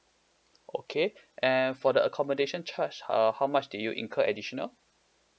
okay and for the accommodation charge uh how much did you incur additional